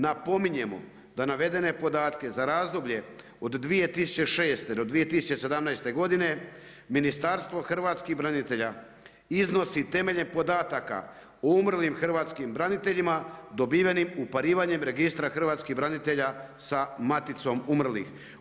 Napominjemo da navedene podatke za razdoblje od 2006. do 2017. godine Ministarstvo hrvatskih branitelja iznosi temeljem podataka o umrlim hrvatskim braniteljima dobivanjem uparivanje Registra hrvatskih branitelja sa Maticom umrlih.